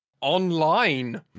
online